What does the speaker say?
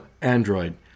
android